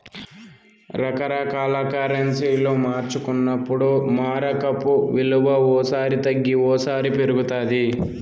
రకరకాల కరెన్సీలు మార్చుకున్నప్పుడు మారకపు విలువ ఓ సారి తగ్గి ఓసారి పెరుగుతాది